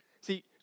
See